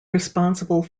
responsible